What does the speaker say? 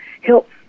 help